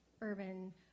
urban